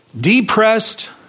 depressed